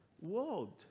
world